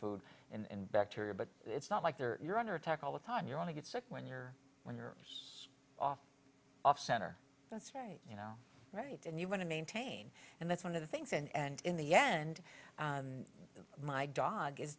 food in bacteria but it's not like there you're under attack all the time you want to get sick when you're when you're off off center that's right you know right and you want to maintain and that's one of the things and in the end my dog is